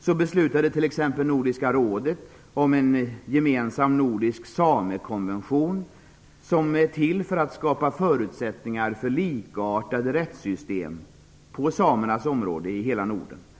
Så beslutade t.ex. Nordiska rådet om en gemensam nordisk samekonvention, som är till för att skapa förutsättningar för likartade rättssystem på samernas område i hela Norden.